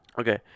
Okay